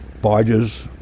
barges